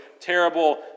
terrible